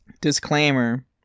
disclaimer